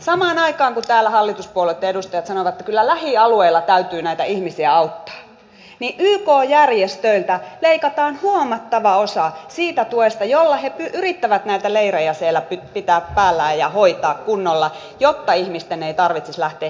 samaan aikaan kun täällä hallituspuolueitten edustajat sanovat että kyllä lähialueilla täytyy näitä ihmisiä auttaa yk järjestöiltä leikataan huomattava osa siitä tuesta jolla ne yrittävät näitä leirejä siellä pitää päällä ja hoitaa kunnolla jotta ihmisten ei tarvitsisi lähteä hengenvaarallisille matkoille